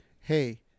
hey